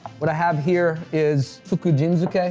what i have here is fukujinzuke,